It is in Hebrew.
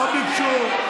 לא ביקשו.